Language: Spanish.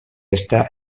está